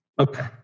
Okay